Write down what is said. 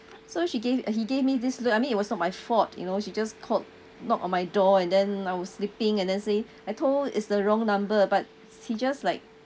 so she gave uh he gave me this I mean it was not my fault you know he just called knocked on my door and then I was sleeping and then say I told is the wrong number but he just like